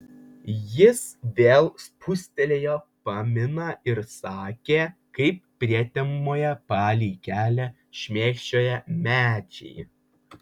jis vėl spustelėjo paminą ir sekė kaip prietemoje palei kelią šmėkščioja medžiai